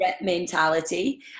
mentality